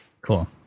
Cool